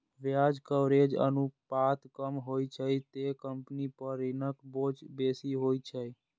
ब्याज कवरेज अनुपात कम होइ छै, ते कंपनी पर ऋणक बोझ बेसी होइ छै